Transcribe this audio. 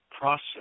process